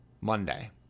Monday